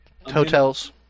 hotels